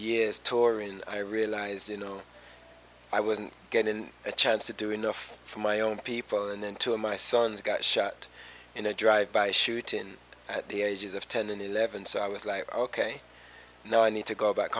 years turin i realized you know i wasn't getting a chance to do enough for my own people and then two of my sons got shot in a drive by shooting at the ages of ten and eleven so i was like ok now i need to go back